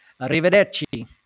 Arrivederci